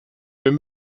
bin